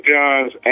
John's